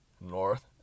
north